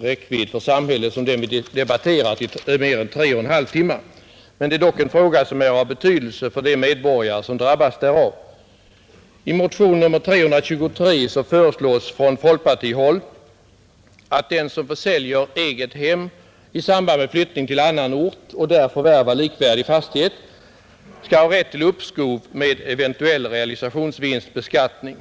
räckvidd för samhället som den vi nyss debatterat under mer än tre och en halv timmar. Det är dock en fråga som har betydelse för de medborgare som den berör. I motionen 323 föreslås från folkpartihåll att den som försäljer egethem i samband med flyttning till annan ort och där förvärvar likvärdig fastighet skall ha rätt till uppskov med eventuell realisationsvinstbeskattning.